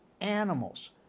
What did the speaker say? animals